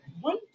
one